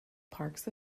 parks